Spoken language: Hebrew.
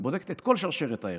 שבודקת את כל שרשרת הערך,